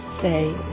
say